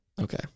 Okay